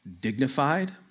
...dignified